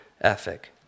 ethic